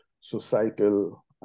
societal